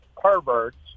perverts